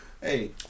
Hey